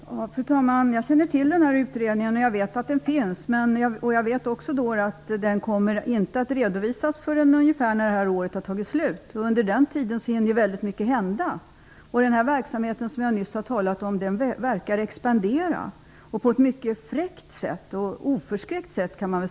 Fru talman! Jag känner till utredningen och vet att den finns. Men jag vet också att den inte kommer att redovisas före årets slut. Under tiden hinner väldigt mycket hända. Den verksamhet jag har talat om verkar expandera på ett mycket fräckt och oförskräckt sätt.